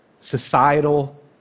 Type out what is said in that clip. societal